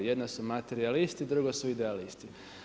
Jedna su materijalisti, drugo su idealisti.